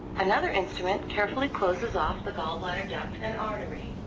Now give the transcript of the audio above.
another instrument carefully closes off the gallbladder duct and artery.